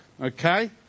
okay